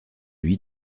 lui